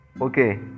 Okay